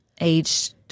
aged